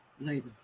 later